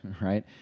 right